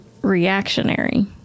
reactionary